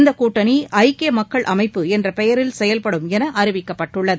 இந்தகூட்டணிஐக்கியமக்கள் அமைப்பு என்றபெயரில் செயல்படும் எனஅறிவிக்கப்பட்டுள்ளது